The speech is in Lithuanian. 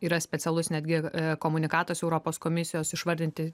yra specialus netgi komunikatas europos komisijos išvardinti